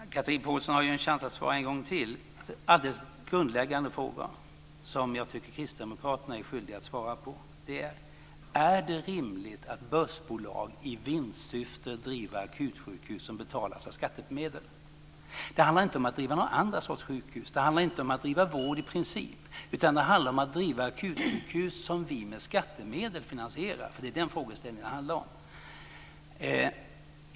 Fru talman! Chatrine Pålsson har en chans till att svara. Det finns en alldeles grundläggande fråga som jag tycker att kristdemokraterna är skyldiga att svara på. Är det rimligt att börsbolag i vinstsyfte driver akutsjukhus som betalas av skattemedel? Det handlar inte om att driva någon annan sorts sjukhus. Det handlar inte om att driva vård i princip, utan det handlar om att driva akutsjukhus som vi finansierar med skattemedel. Det är frågeställningen.